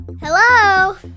Hello